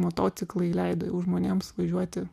motociklai leido jau žmonėms važiuoti